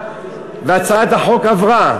והצעת החוק עברה,